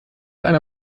einer